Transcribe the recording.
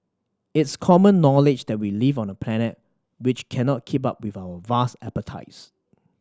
it's common knowledge that we live on a planet which cannot keep up with our vast appetites